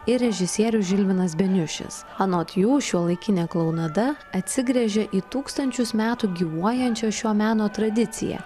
ir režisierius žilvinas beniušis anot jų šiuolaikinė klounada atsigręžė į tūkstančius metų gyvuojančio šio meno tradiciją